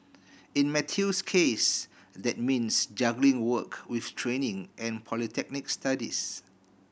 in Matthew's case that means juggling work with training and polytechnic studies